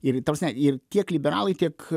ir ta prasme ir tiek liberalai tiek